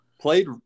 played